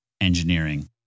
engineering